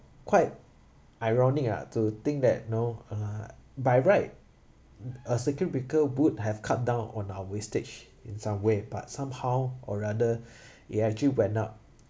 quite ironic lah to think that you know ah by right a circuit breaker would have cut down on our wastage in some way but somehow or rather it actually went up